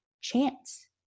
chance